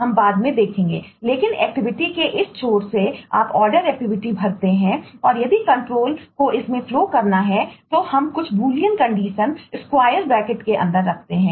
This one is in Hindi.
आगे शोधन में एज के अंदर रखते हैं